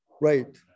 Right